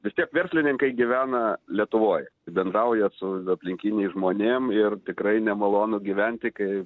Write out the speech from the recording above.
vis tiek verslininkai gyvena lietuvoj bendrauja su aplinkiniais žmonėm ir tikrai nemalonu gyventi kai